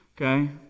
Okay